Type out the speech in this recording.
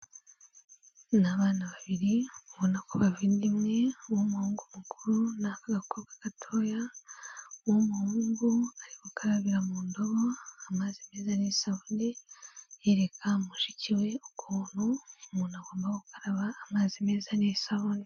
Ni abana babiri ubona ko bava inda imwe, uw'umuhungu mukuru n'akagakobwa gatoya, uw'umuhungu ari gukarabira mu ndobo amazi meza n'isabune, yereka mushiki we ukuntu umuntu agomba gukaraba amazi meza n'isabune.